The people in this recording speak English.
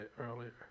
earlier